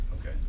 Okay